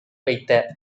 வைத்த